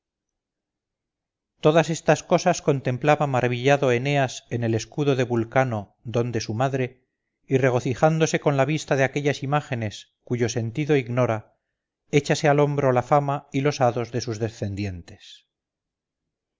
todas estas cosas contemplaba maravillado eneas en el escudo de vulcano don de su madre y regocijándose con la vista de aquellas imágenes cuyo sentido ignora échase al hombro la fama y los hados de sus descendientes